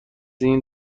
این